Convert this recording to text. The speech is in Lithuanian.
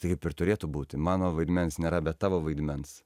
taip ir turėtų būti mano vaidmens nėra be tavo vaidmens